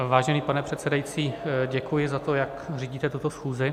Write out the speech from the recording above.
Vážený pane předsedající, děkuji za to, jak řídíte tuto schůzi.